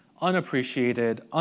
unappreciated